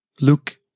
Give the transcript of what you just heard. Luke